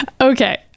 okay